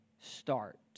start